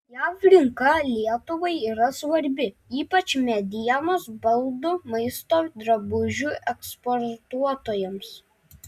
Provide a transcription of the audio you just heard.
jav rinka lietuvai yra svarbi ypač medienos baldų maisto drabužių eksportuotojams